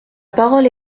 parole